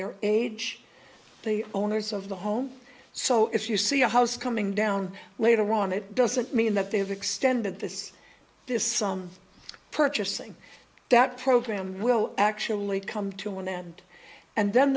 their age the owners of the home so if you see a house coming down later on it doesn't mean that they have extended this this some purchasing that program will actually come to an end and then